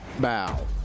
Bow